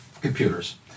computers